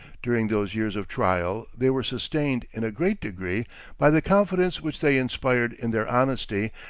during those years of trial they were sustained in a great degree by the confidence which they inspired in their honesty,